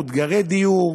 מאותגרי דיור.